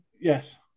yes